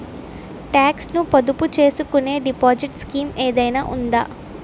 Talks ను పొదుపు చేసుకునే డిపాజిట్ స్కీం ఏదైనా ఉందా?